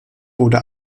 wurde